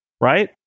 right